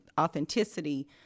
authenticity